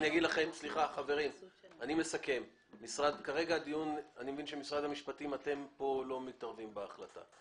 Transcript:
אני מבין שמשרד המשפטים לא מתערבים בהחלטה.